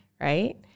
right